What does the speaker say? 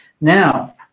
Now